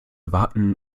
warten